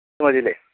ഇത് മതി അല്ലെ